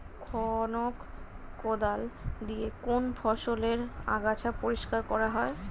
খনক কোদাল দিয়ে কোন ফসলের আগাছা পরিষ্কার করা হয়?